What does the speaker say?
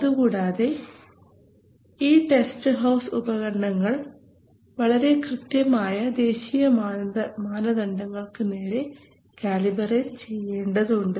അതുകൂടാതെ ഈ test house ഉപകരണങ്ങൾ വളരെ കൃത്യമായ ദേശീയ മാനദണ്ഡങ്ങൾക്ക് നേരെ കാലിബറേറ്റ് ചെയ്യേണ്ടതുണ്ട്